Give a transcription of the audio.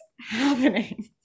happening